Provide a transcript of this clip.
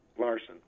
Larson